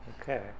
Okay